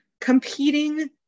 competing